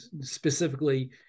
specifically